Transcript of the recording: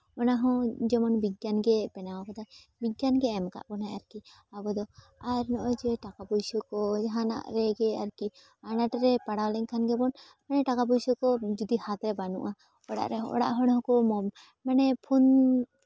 ᱚᱱᱟ ᱦᱚᱸ ᱡᱮᱢᱚᱱ ᱵᱤᱜᱽᱜᱟᱱ ᱜᱮ ᱵᱮᱱᱟᱣ ᱠᱟᱫᱟᱭ ᱵᱤᱜᱽᱜᱟᱱ ᱜᱮ ᱮᱢ ᱠᱟᱜ ᱵᱚᱱᱟᱭ ᱟᱨᱠᱤ ᱟᱵᱚ ᱫᱚ ᱟᱨ ᱱᱚᱜᱼᱚᱭ ᱡᱮ ᱴᱟᱠᱟ ᱯᱚᱭᱥᱟ ᱠᱚ ᱡᱟᱦᱟᱱᱟᱜ ᱨᱮᱜᱮ ᱟᱨᱠᱤ ᱟᱱᱟᱴ ᱨᱮ ᱯᱟᱲᱟᱣ ᱞᱮᱵᱠᱷᱟᱱ ᱜᱮᱵᱚᱱ ᱢᱟᱱᱮ ᱴᱟᱠᱟ ᱯᱩᱭᱥᱟᱹ ᱠᱚ ᱡᱩᱫᱤ ᱦᱟᱛᱨᱮ ᱵᱟᱹᱱᱩᱜᱼᱟ ᱚᱲᱟᱜ ᱨᱮ ᱚᱲᱟᱜ ᱦᱚᱲ ᱦᱚᱸ ᱠᱚ ᱢᱟᱱᱮ ᱯᱷᱳᱱ